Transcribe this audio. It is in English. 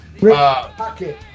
Pocket